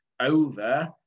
over